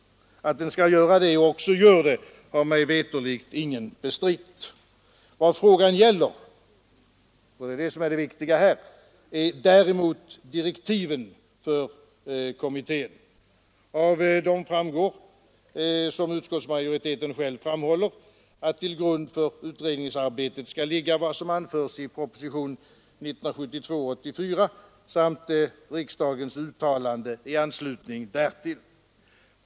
Att den skall göra det och också gör det har mig veterligt ingen bestritt. Vad frågan gäller — och det är det som är det viktiga här — är däremot direktiven för kommittén. Av dessa framgår, som utskottsmajoriteten själv framhåller, att till grund för utredningsarbetet skall ligga vad som anförts i propositionen 1972:84 samt riksdagens uttalande i anslutning härtill.